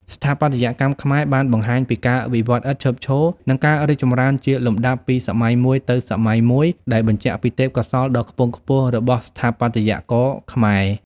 ស្ថាបត្យកម្មខ្មែរបានបង្ហាញពីការវិវត្តន៍ឥតឈប់ឈរ និងការរីកចម្រើនជាលំដាប់ពីសម័យមួយទៅសម័យមួយ ដែលបញ្ជាក់ពីទេពកោសល្យដ៏ខ្ពង់ខ្ពស់របស់ស្ថាបត្យករខ្មែរ។